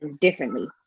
differently